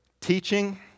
Teaching